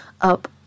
up